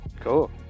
Cool